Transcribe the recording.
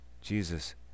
Jesus